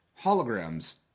Holograms